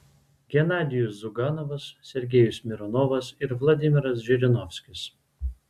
genadijus ziuganovas sergejus mironovas ir vladimiras žirinovskis